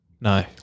No